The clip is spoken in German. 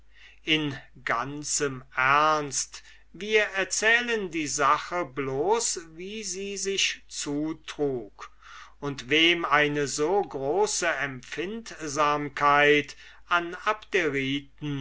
in ganzem ernst wir erzählen die sache bloß wie sie sich zutrug und wem eine so große empfindsamkeit an